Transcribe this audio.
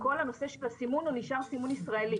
כל הנושא של הסימון הוא נשאר סימון ישראלי,